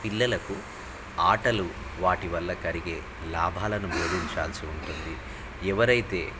పిల్లలకు ఆటలు వాటి వల్ల కరిగే లాభాలను బోధించాల్సి ఉంటుంది ఎవరైతే